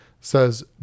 says